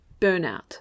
burnout